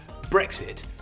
Brexit